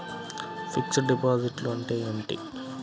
Fixed డిపాజిట్లు అంటే ఏమిటి?